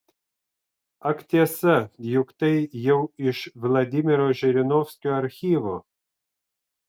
ak tiesa juk tai jau iš vladimiro žirinovskio archyvo